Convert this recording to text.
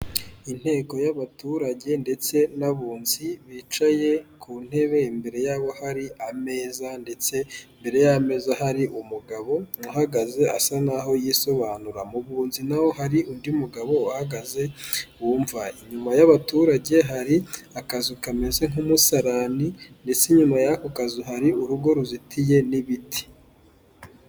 Inteko y'abaturage ndetse n'abunzi bicaye ku ntebe, imbere yabo hari ameza ndetse imbere y'ameza hari umugabo uhagaze asa n'aho yisobanura. Mu bunzi na ho hari undi mugabo uhagaze wumva. Inyuma y'abaturage hari akazu kameze nk'umusarani ndetse inyuma y'ako kazu hari urugo ruzitiye n'ibiti.